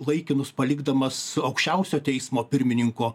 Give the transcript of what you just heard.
laikinus palikdamas aukščiausio teismo pirmininko